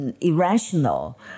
irrational